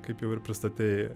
kaip jau ir pristatei